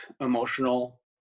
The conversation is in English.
emotional